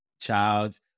child